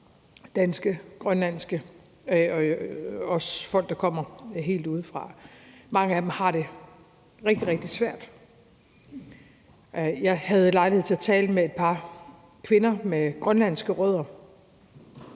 danske, grønlandske og også folk, der kommer helt udefra. Mange af dem har det rigtig, rigtig svært. Jeg havde lejlighed til at tale med et par kvinder med grønlandske rødder,